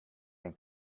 den